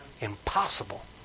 Impossible